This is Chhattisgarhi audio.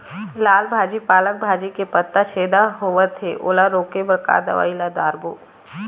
लाल भाजी पालक भाजी के पत्ता छेदा होवथे ओला रोके बर का दवई ला दारोब?